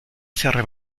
cierre